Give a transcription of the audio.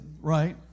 right